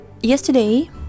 yesterday